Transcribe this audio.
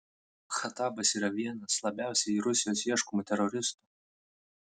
khatabas yra vienas labiausiai rusijos ieškomų teroristų